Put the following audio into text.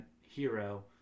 hero